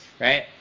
right